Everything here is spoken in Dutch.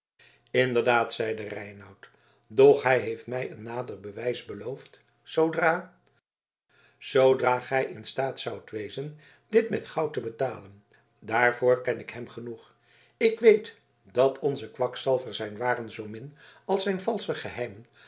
inderdaad zeide reinout doch hij heeft mij een nader bewijs beloofd zoodra zoodra gij in staat zoudt wezen dit met goud te betalen daarvoor ken ik hem genoeg ik weet dat onze kwakzalver zijn waren zoomin als zijn valsche geheimen